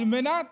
על מנת